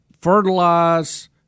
fertilize